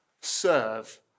serve